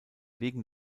wegen